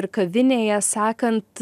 ir kavinėje sakant